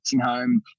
home